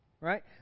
right